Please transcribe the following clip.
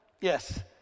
Yes